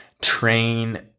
train